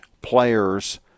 players